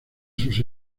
sus